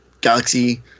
Galaxy